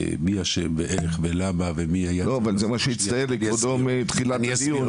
מי אשם ולמה ואיך -- אבל זה מה שהצטייר מכבודו מתחילת הדיון.